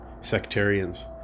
sectarians